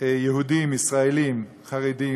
יהודים-ישראלים חרדים,